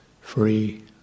free